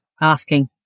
asking